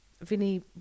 Vinny